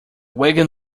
wagon